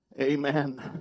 Amen